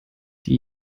die